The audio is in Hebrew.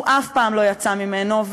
שהוא אף פעם לא יצא ממנו,